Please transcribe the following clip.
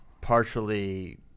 partially